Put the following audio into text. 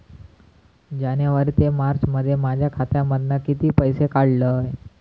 जानेवारी ते मार्चमध्ये माझ्या खात्यामधना किती पैसे काढलय?